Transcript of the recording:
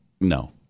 no